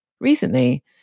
recently